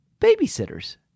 Babysitters